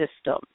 system